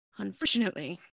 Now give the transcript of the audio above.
Unfortunately